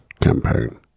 campaign